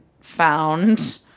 found